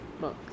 book